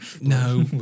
no